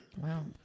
Wow